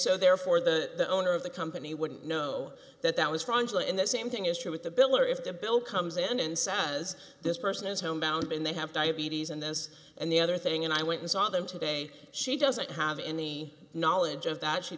so therefore the owner of the company wouldn't know that that was wrong in the same thing is true with the bill or if the bill comes in and says this person is homebound and they have diabetes and this and the other thing and i went and saw them today she doesn't have any knowledge of that she